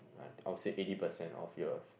like I'll say eighty percent of your